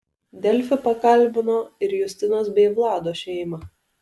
delfi pakalbino ir justinos bei vlado šeimą